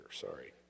sorry